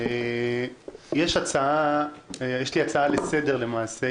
יש לי הצעה לסדר למעשה.